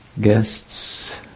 Guests